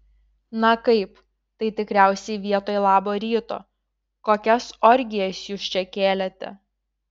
na kaip tai tikriausiai vietoj labo ryto kokias orgijas jūs čia kėlėte